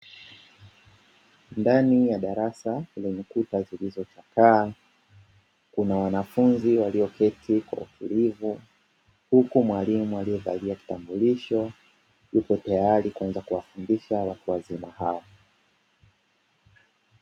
Ndani ya darasa lenye kuta zilizo chakaa. Kuna wanafunzi walioketi kwa utulivu. Huku mwalimu aliyevalia kitambulisho yuko tayari kuanza kuwafundisha wanafunzi hao.